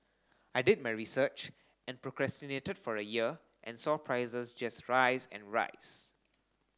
I did my research and procrastinated for a year and saw prices just rise and rise